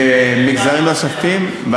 במגזרים נוספים.